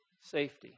Safety